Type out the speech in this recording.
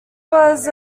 was